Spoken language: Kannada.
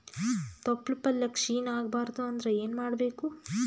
ತೊಪ್ಲಪಲ್ಯ ಕ್ಷೀಣ ಆಗಬಾರದು ಅಂದ್ರ ಏನ ಮಾಡಬೇಕು?